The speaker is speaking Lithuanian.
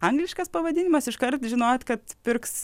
angliškas pavadinimas iškart žinojot kad pirks